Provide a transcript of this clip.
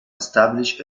establish